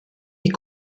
est